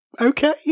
Okay